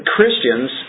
Christians